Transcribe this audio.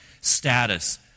status